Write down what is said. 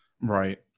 Right